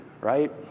right